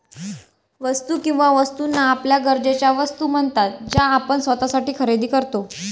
वस्तू किंवा वस्तूंना आपल्या गरजेच्या वस्तू म्हणतात ज्या आपण स्वतःसाठी खरेदी करतो